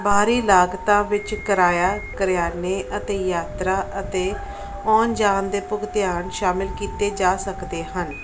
ਬਾਹਰੀ ਲਾਗਤਾਂ ਵਿੱਚ ਕਿਰਾਇਆ ਕਰਿਆਨੇ ਅਤੇ ਯਾਤਰਾ ਅਤੇ ਆਉਣ ਜਾਣ ਦੇ ਭੁਗਤਾਨ ਸ਼ਾਮਿਲ ਕੀਤੇ ਜਾ ਸਕਦੇ ਹਨ